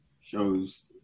shows